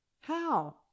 How